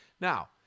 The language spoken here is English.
Now